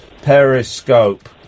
Periscope